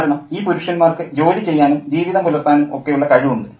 കാരണം ഈ പുരുഷന്മാർക്ക് ജോലി ചെയ്യാനും ജീവിതം പുലർത്താനും ഒക്കെയുള്ള കഴിവുണ്ട്